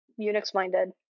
Unix-minded